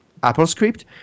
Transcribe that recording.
AppleScript